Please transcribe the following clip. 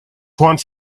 want